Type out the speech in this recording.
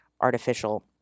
artificial